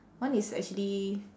one is actually